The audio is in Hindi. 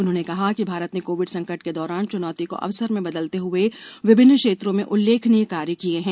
उन्होंने कहा कि भारत ने कोविड संकटके दौरान चुनौती को अवसर में बदलते हुए विभिन्न क्षेत्रों में उल्लेखनीय कार्य किए हैं